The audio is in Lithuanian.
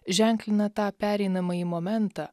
ženklina tą pereinamąjį momentą